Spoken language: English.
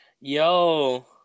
Yo